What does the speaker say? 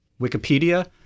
Wikipedia